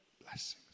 blessings